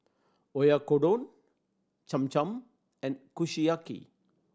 Oyakodon Cham Cham and Kushiyaki